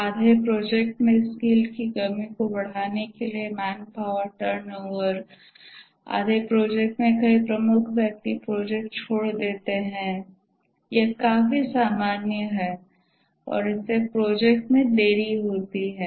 आधे प्रोजेक्ट में स्किल की कमी को बढ़ाने के लिए मैनपावर टर्नओवर आधे प्रोजेक्ट में कई प्रमुख व्यक्ति प्रोजेक्ट छोड़ देते हैं यह काफी सामान्य है और इससे प्रोजेक्ट में देरी होती है